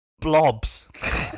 blobs